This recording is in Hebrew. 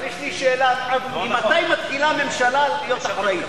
אבל יש לי שאלה אחת: ממתי מתחילה ממשלה להיות אחראית?